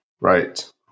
right